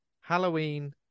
Halloween